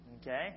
Okay